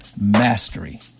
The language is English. Mastery